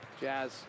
Jazz